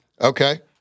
Okay